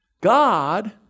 God